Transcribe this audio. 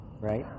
right